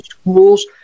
schools